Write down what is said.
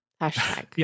hashtag